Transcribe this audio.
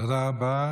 תודה רבה.